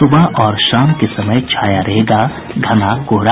सुबह और शाम के समय छाया रहेगा घना कोहरा